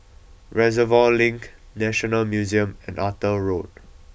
Reservoir Link National Museum and Arthur Road